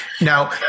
Now